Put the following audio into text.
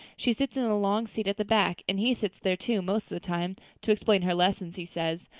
she sits in the long seat at the back and he sits there, too, most of the time to explain her lessons, he says.